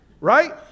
right